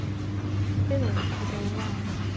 build is all right.